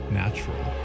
natural